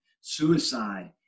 suicide